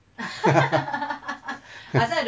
!huh!